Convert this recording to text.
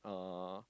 !aww!